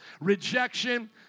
rejection